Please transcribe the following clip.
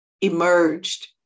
emerged